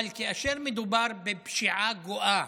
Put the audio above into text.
אבל כאשר מדובר בפשיעה גואה